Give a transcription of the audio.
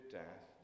death